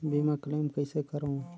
बीमा क्लेम कइसे करों?